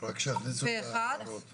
הצבעה אושר.